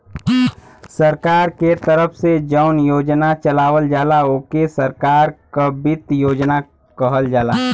सरकार के तरफ से जौन योजना चलावल जाला ओके सरकार क वित्त योजना कहल जाला